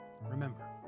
Remember